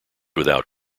without